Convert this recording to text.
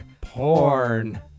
porn